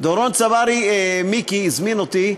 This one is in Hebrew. דורון צברי הזמין אותי.